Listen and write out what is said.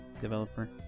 developer